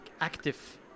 active